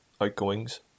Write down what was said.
outgoings